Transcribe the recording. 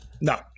No